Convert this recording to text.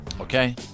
Okay